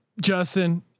Justin